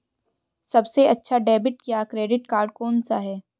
सबसे अच्छा डेबिट या क्रेडिट कार्ड कौन सा है?